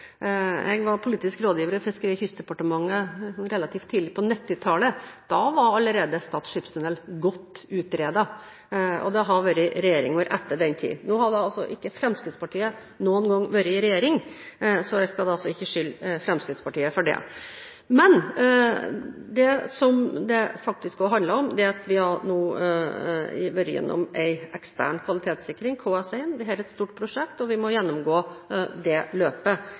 Jeg var politisk rådgiver i Fiskeri- og kystdepartementet relativt tidlig på 1990-tallet, og allerede da var Stad skipstunnel godt utredet. Og det har vært regjeringer etter den tid. Nå har ikke Fremskrittspartiet noen gang vært i regjering, så jeg skal ikke skylde på Fremskrittspartiet for det. Men det som dette faktisk også handler om, er at vi nå har vært igjennom en ekstern kvalitetssikring, KS1. Dette er et stort prosjekt, og vi må gjennomgå det løpet.